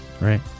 Right